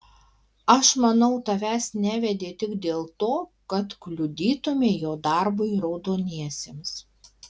aš manau tavęs nevedė tik dėl to kad kliudytumei jo darbui raudoniesiems